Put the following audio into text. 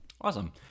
Awesome